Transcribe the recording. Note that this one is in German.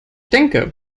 denke